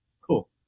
Cool